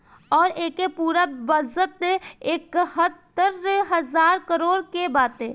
अउर एके पूरा बजट एकहतर हज़ार करोड़ के बाटे